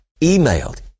emailed